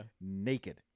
naked